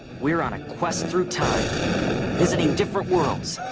we're on a quest through time visiting different worlds